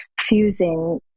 fusing